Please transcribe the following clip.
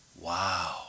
Wow